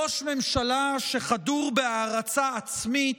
ראש ממשלה שחדור בהערצה עצמית,